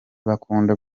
bakunda